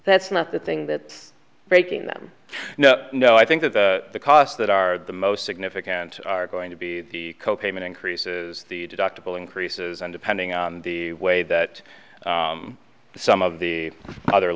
that's not the thing that breaking them no no i think that the costs that are the most significant are going to be the cocaine increases the deductible increases and depending on the way that some of the other